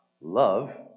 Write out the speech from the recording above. Love